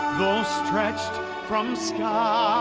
though stretched from sky